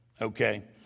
Okay